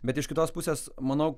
bet iš kitos pusės manau